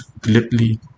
glibly